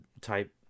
type